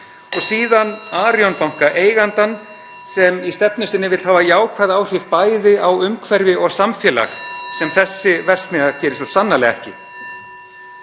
(Forseti hringir.) eigandann sem í stefnu sinni vill hafa jákvæð áhrif, bæði á umhverfi og samfélag, sem þessi verksmiðja gerir svo sannarlega ekki.